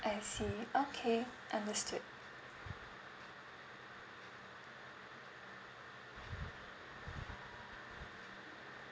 I see okay understood